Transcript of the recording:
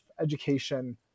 education